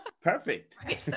perfect